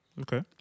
Okay